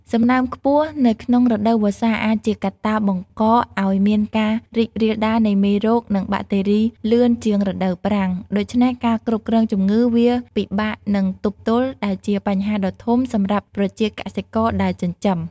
សំណើមខ្ពស់នៅក្នុងរដូវវស្សា អាចជាកត្តាបង្កឲ្យមានការរីករាលដាលនៃមេរោគនិងបាក់តេរីលឿនជាងរដូវប្រាំង ដូច្នេះការគ្រប់គ្រងជំងឺវាពិបាកនិងទប់ទល់ដែលជាបញ្ហាដ៏ធំសម្រាប់ប្រជាកសិករដែលចិញ្ចឹម ។